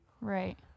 Right